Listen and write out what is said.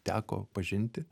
teko pažinti